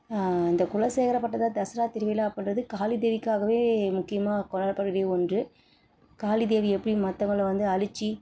இந்த குலேசகர பட்டணத்துல தசரா திருவிழா அப்படின்றது காளிதேவிக்காக முக்கியமாக கொண்டாடப்படக்கூடிய ஒன்று காளிதேவி எப்படி மத்தவங்கள வந்து அழித்து